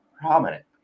prominent